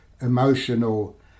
emotional